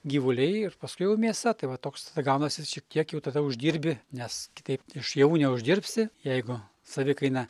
gyvuliai ir paskui jau mėsa tai va toks tai gaunasi čia kiek jau tada uždirbi nes kitaip iš javų neuždirbsi jeigu savikaina